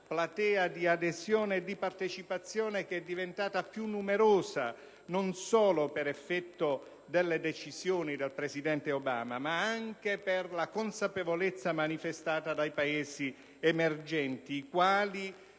platea di adesione e di partecipazione diventata più numerosa non solo per effetto delle decisioni del presidente Obama, ma anche che per la consapevolezza manifestata dai Paesi emergenti, che